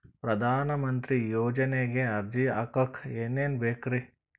ಪ್ರಧಾನಮಂತ್ರಿ ಯೋಜನೆಗೆ ಅರ್ಜಿ ಹಾಕಕ್ ಏನೇನ್ ಬೇಕ್ರಿ?